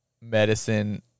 medicine